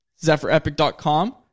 ZephyrEpic.com